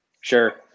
Sure